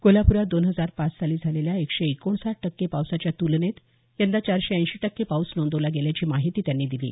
कोल्हापुरात दोन हजार पाच साली झालेल्या एकशे एकोणसाठ टक्के पावसाच्या तुलनेत यंदा चारशे ऐंशी टक्के पाऊस नोंदवला गेल्याची माहिती त्यांनी दिली